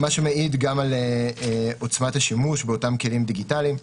שמעיד על עוצמת השימוש באותם כלים דיגיטליים.